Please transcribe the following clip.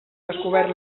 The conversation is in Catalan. descobert